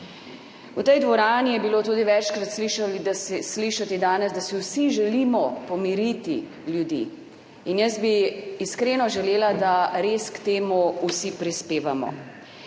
V tej dvorani je bilo tudi večkrat slišati danes, da si vsi želimo pomiriti ljudi. Jaz bi iskreno želela, da res k temu vsi prispevamo.